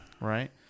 right